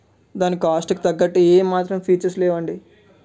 దాని కాస్ట్కి తగ్గట్టు ఏ మాత్రం ఫీచర్స్ లేవండి